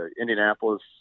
Indianapolis